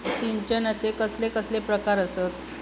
सिंचनाचे कसले कसले प्रकार आसत?